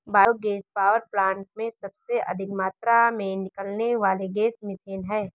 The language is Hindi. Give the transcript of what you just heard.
बायो गैस पावर प्लांट में सबसे अधिक मात्रा में निकलने वाली गैस मिथेन है